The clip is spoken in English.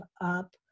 up